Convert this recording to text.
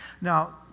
now